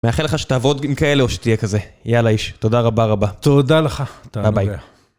מאחל לך שתעבוד עם כאלה או שתהיה כזה, יאללה איש, תודה רבה רבה. תודה לך, תודה רבה.